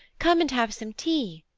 come and have some tea,